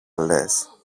λες